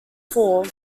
fall